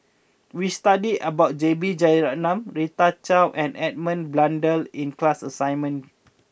we studied about J B Jeyaretnam Rita Chao and Edmund Blundell in class assignment